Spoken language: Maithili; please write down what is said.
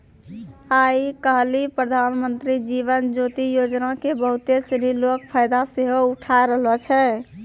आइ काल्हि प्रधानमन्त्री जीवन ज्योति योजना के बहुते सिनी लोक फायदा सेहो उठाय रहलो छै